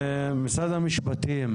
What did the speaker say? משרד המשפטים,